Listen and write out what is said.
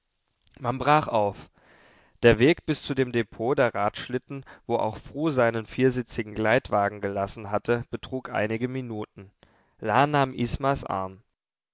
man brach auf der weg bis zu dem depot der radschlitten wo auch fru seinen viersitzigen gleitwagen gelassen hatte betrug einige minuten la nahm ismas arm